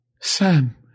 Sam